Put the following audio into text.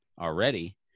already